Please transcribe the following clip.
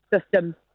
system